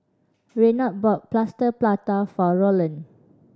Reynold bought Plaster Prata for Rolland